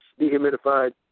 dehumidified